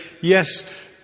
yes